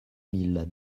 mille